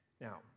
Now